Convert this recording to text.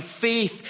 faith